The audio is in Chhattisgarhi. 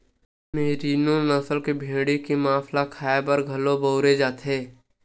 मेरिनों नसल के भेड़ी के मांस ल खाए बर घलो बउरे जाथे